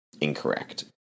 incorrect